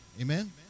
Amen